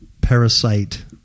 parasite